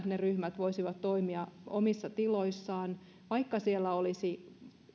ne ryhmät voisivat toimia omissa tiloissaan vaikka siellä olisi